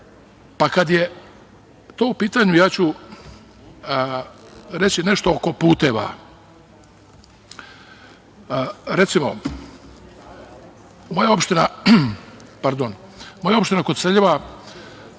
je to u pitanju, ja ću reći nešto oko puteva. Recimo, moja opština Koceljeva